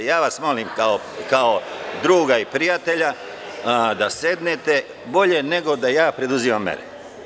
Molim vas kao druga i prijatelja da sednete, bolje nego da ja preduzimam mere.